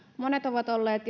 monet ovat olleet